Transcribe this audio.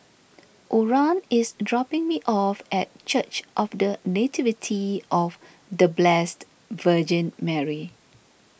Oran is dropping me off at Church of the Nativity of the Blessed Virgin Mary